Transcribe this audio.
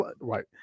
Right